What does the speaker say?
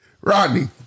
Rodney